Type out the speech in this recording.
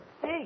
Hey